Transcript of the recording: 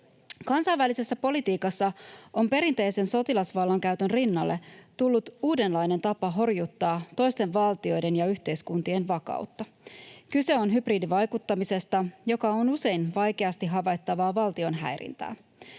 Kansainvälisessä politiikassa on perinteisen sotilasvallankäytön rinnalle tullut uudenlainen tapa horjuttaa toisten valtioiden ja yhteiskuntien vakautta. Kyse on hybridivaikuttamisesta, joka on usein vaikeasti havaittavaa valtion häirintää.